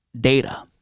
data